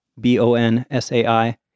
B-O-N-S-A-I